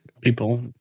people